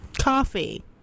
coffee